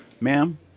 Ma'am